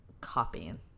copying